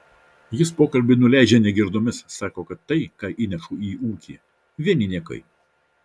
jis pokalbį nuleidžia negirdomis sako kad tai ką įnešu į ūkį vieni niekai